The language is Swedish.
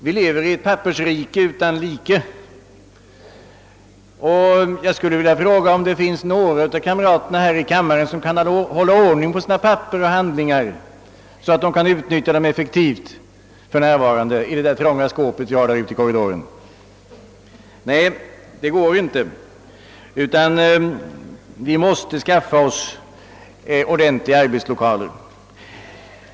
Vi lever i ett pappersrike utan like. Jag skulle vilja fråga om det är någon av kamraterna här i kammaren som i de trånga skåpen ute i korridoren kan hålla ordning på sina papper och handlingar, så att han eller hon kan utnyttja dem effektivt. Nej, det går inte, och därför måste vi skaffa oss ordentliga arbetslokaler.